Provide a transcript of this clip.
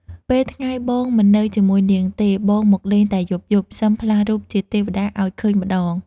ពេលថ្ងៃបងមិននៅជាមួយនាងទេ បងមកលេងតែយប់ៗសឹមផ្លាស់រូបជាទេវតាឱ្យឃើញម្ដង។